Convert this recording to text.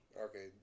Okay